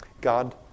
God